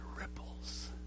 ripples